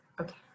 okay